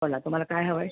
बोला तुम्हाला काय हवं आहे